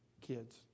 kids